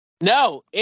No